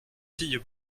filles